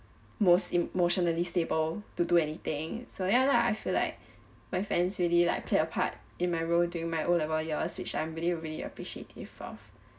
most emotionally stable to do anything so ya lah I feel like my friends really like play a part in my road during my O level year which I'm really really appreciative of